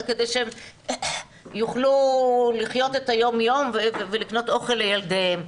זה כדי שהם יוכלו לחיות את היום יום ולקנות אוכל לילדיהם,